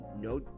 no